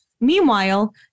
Meanwhile